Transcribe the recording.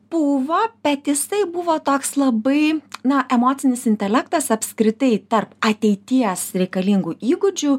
buvo bet jisai buvo toks labai na emocinis intelektas apskritai tarp ateities reikalingų įgūdžių